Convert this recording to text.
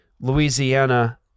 Louisiana